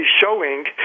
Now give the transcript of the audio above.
showing